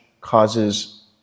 causes